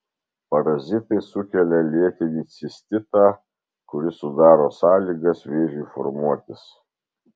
parazitai sukelia lėtinį cistitą kuris sudaro sąlygas vėžiui formuotis